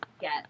get